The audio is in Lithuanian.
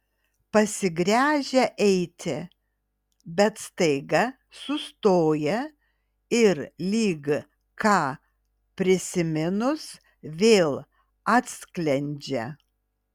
pasigręžia eiti bet staiga sustoja ir lyg ką prisiminus vėl atsklendžia